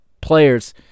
players